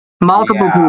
multiple